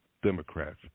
Democrats